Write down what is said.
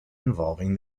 involving